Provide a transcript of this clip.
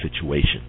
situation